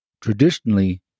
Traditionally